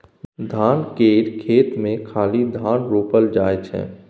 धान केर खेत मे खाली धान रोपल जाइ छै